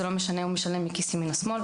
שזה לא משנה אם הוא משלם מכיס ימין או שמאל,